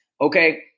Okay